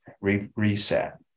reset